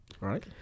right